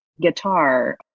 guitar